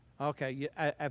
Okay